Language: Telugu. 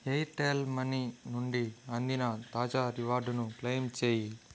ఎయిర్టెల్ మనీ నుండి అందిన తాజా రివార్డును క్లెయిమ్ చేయి